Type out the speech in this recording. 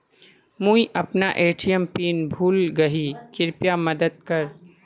मुई अपना ATM PIN भूले गही कृप्या मदद कर